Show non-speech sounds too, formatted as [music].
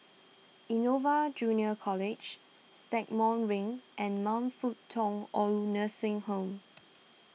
Innova Junior College Stagmont Ring and Man Fut Tong Old Nursing Home [noise]